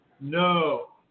no